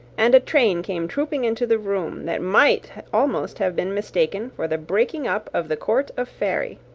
and a train came trooping into the room, that might almost have been mistaken for the breaking up of the court of fairy.